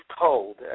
told